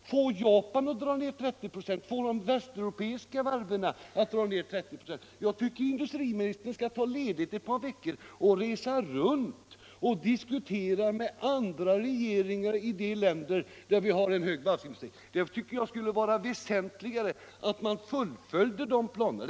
Få Japan att dra ned sin varvskapacitet med 30 926! Få de västeuropeiska varven att dra ned med 30 96! Jag tycker att industriministern skall ta ledigt ett par veckor och resa runt och diskutera med regeringarna i de länder som har hög varvskapacitet. Det vore väsentligt att se till att planerna i fråga om nedskärningen fullföljdes i samtliga dessa länder.